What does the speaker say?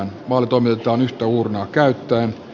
vaali toimitetaan yhtä uurnaa käyttäen